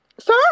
Sir